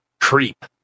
creep